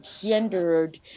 gendered